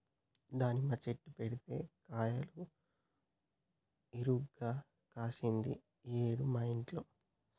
దానిమ్మ చెట్టు పెడితే కాయలు ఇరుగ కాశింది ఈ ఏడు మా ఇంట్ల